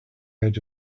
edge